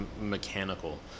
mechanical